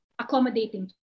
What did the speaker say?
accommodating